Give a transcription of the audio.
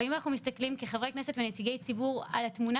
אבל אם אנחנו מסתכלים כחברי כנסת ונציגי ציבור על התמונה